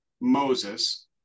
Moses